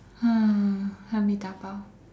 hmm help me dabao